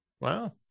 Wow